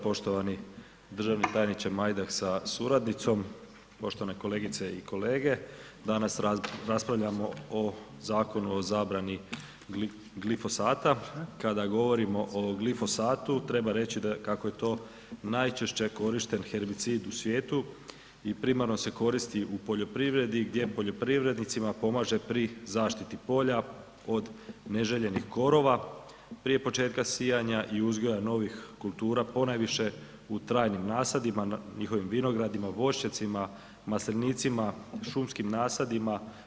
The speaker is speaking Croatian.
Poštovani državni tajniče Majdak sa suradnicom, poštovane kolegice i kolege, danas raspravljamo o Zakonu o zabrani glifosata, kada govorimo o glifosatu treba reći kako je to najčešće korišten herbicid u svijetu i primarno se koristi u poljoprivredi gdje poljoprivrednicima pomaže pri zaštiti polja od neželjenih korova prije početka sijanja i uzgoja novih kultura, ponajviše u trajnim nasadima u njihovim vinogradima, voćnjacima, maslinicima, šumskim nasadima.